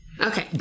Okay